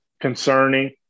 concerning